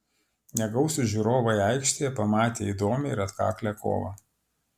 negausūs žiūrovai aikštėje pamatė įdomią ir atkaklią kovą